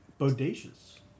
Bodacious